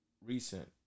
recent